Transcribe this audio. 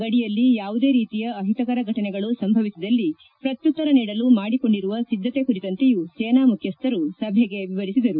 ಗಡಿಯಲ್ಲಿ ಯಾವುದೇ ರೀತಿಯ ಅಹಿತಕರ ಘಟನೆಗಳು ಸಂಭವಿಸಿದಲ್ಲಿ ಪ್ರತ್ಯುತ್ತರ ನೀಡಲು ಮಾಡಿಕೊಂಡಿರುವ ಸಿದ್ದತೆ ಕುರಿತಂತೆಯೂ ಸೇನಾ ಮುಖ್ಯಸ್ವರು ಸಭೆಗೆ ವಿವರಿಸಿದರು